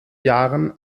jahren